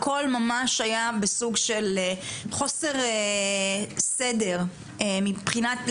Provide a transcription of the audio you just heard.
הכל ממש היה בסוג של חוסר סדר לפחות